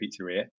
Pizzeria